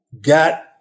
got